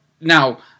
now